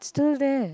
still there